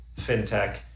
fintech